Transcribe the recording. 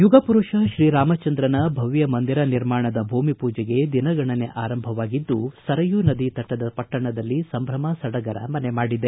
ಯುಗಪುರುಷ ತ್ರೀರಾಮಚಂದ್ರನ ಭವ್ದ ಮಂದಿರ ನಿರ್ಮಾಣದ ಭೂಮಿಪೂಜೆಗೆ ದಿನಗಣನೆ ಆರಂಭವಾಗಿದ್ದು ಸರಯೂ ನದಿ ತಟದ ಪಟ್ಟಣದಲ್ಲಿ ಸಂಭ್ರಮ ಸಡಗರ ಮನೆ ಮಾಡಿದೆ